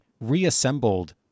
reassembled